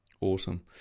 awesome